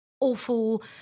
awful